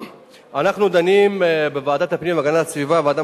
אנחנו דנים בוועדת הפנים והגנת הסביבה ובוועדה